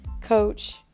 coach